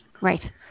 Right